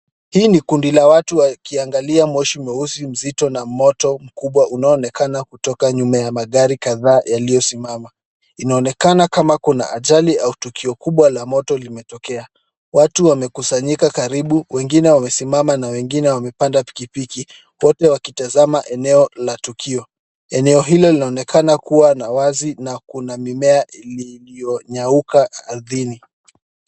Hii ni kundi la watu wakiangalia moshi mweusi mzito na moto kubwa unaoonekana kutoka nyuma ya magari kadhaa yaliyosimama. Inaonekana kama kuwa kuna ajali ama tukio la moto limetokea. Watu wamekusanyika karibu, wengine wamesimama na wengine wamepanda pikipiki wote wakitazama eneo la tukio. Eneo hilo linaonekana kuwa na wazi na kuna mimea iliyonyauka ardhini.